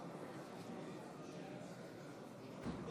אם